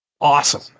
awesome